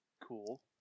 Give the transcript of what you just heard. Cool